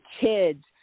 kids